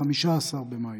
15 במאי,